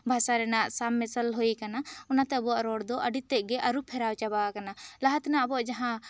ᱵᱷᱟᱥᱟ ᱨᱮᱱᱟᱜ ᱥᱟᱢᱢᱮᱥᱟᱞ ᱦᱩᱭ ᱠᱟᱱᱟ ᱚᱱᱟ ᱛᱮ ᱟᱵᱚᱣᱟᱜ ᱨᱚᱲ ᱫᱚ ᱟᱹᱰᱤ ᱛᱮᱫ ᱜᱮ ᱟᱹᱨᱩ ᱯᱷᱮᱨᱟᱣ ᱪᱟᱵᱟ ᱠᱟᱱᱟ ᱞᱟᱦᱟᱛᱮᱱᱟᱜ ᱟᱵᱚᱣᱟ ᱡᱟᱦᱟᱸ